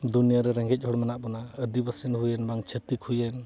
ᱫᱩᱱᱤᱭᱟᱹ ᱨᱮ ᱨᱮᱸᱜᱮᱡ ᱦᱚᱲ ᱢᱮᱱᱟᱜ ᱵᱚᱱᱟ ᱟᱹᱫᱤᱵᱟᱹᱥᱤ ᱦᱩᱭᱮᱱ ᱵᱟᱝ ᱪᱷᱟᱹᱛᱤᱠ ᱦᱩᱭᱮᱱ